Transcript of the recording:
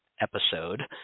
episode